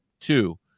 Two